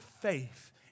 faith